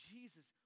Jesus